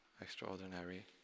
extraordinary